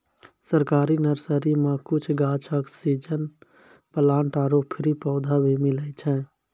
सरकारी नर्सरी मॅ कुछ गाछ, ऑक्सीजन प्लांट आरो फ्री पौधा भी मिलै छै